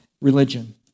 religion